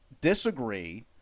disagree